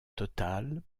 totale